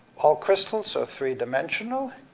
all crystals are three-dimensional,